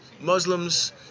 Muslims